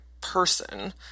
person